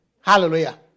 Hallelujah